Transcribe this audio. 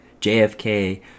JFK